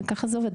ככה זה עובד,